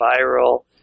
viral